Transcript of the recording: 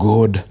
God